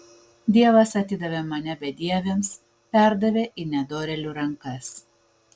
dievas atidavė mane bedieviams perdavė į nedorėlių rankas